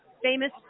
Famous